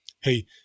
hey